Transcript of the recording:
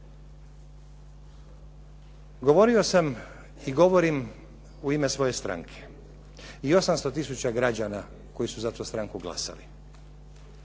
Govorio sam i govorim u ime svoje stranke i 800 tisuća građana koji su za tu stranku glasali.